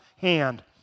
hand